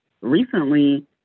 Recently